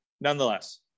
nonetheless